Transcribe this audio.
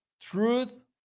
truth